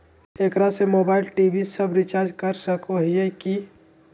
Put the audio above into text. एकरा से mobile TV सब रिचार्ज कर सको हियै की?